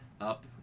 up